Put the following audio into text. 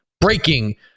breaking